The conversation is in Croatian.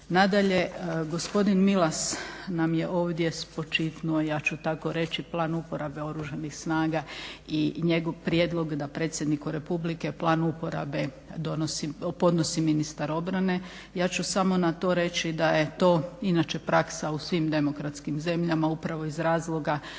Nadalje, gospodin Milas nam je ovdje spočitnu ja ću tako reći, plan uporabe oružanih snaga i njegov prijedlog da predsjedniku Republike plan uporabe podnosi ministar obrane. Ja ću samo reći na to da je to inače praksa u svim demokratskim zemljama upravo iz razloga